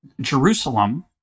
Jerusalem